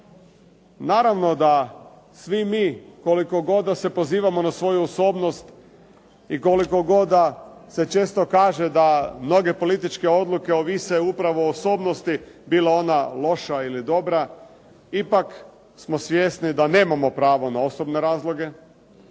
Naravno da svi mi koliko god da se pozivamo na svoju osobnost i koliko god da se često kaže da mnoge političke odluke ovise upravo o osobnosti bila ona loša ili dobra ipak smo svjesni da nemamo pravo na osobne razloge